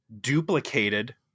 duplicated